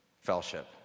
fellowship